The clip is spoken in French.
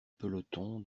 peloton